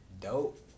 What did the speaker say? Dope